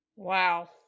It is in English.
wow